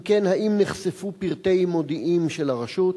2. אם כן, האם נחשפו פרטי מודיעים של הרשות?